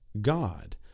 God